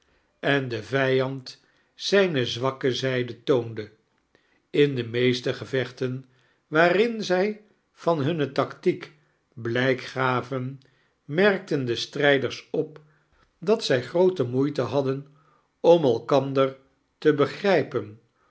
en d vijand zijne zwaikke zijd toonde in d meeste gevechten waarin zij van hunne tactiek blijk gaven merkten de sfcrijders op dat zij groote moeite hadden om elkander te begrijpen